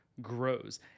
grows